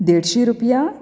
देडशी रुपया